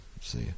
see